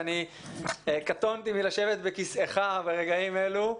שאני קטונתי מלשבת בכיסאך ברגעים אלו.